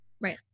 Right